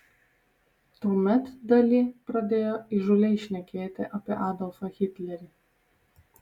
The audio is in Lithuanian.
tuomet dali pradėjo įžūliai šnekėti apie adolfą hitlerį